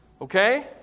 Okay